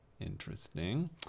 Interesting